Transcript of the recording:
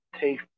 take